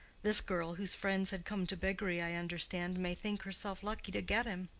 this girl, whose friends had come to beggary, i understand, may think herself lucky to get him.